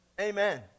Amen